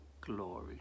glory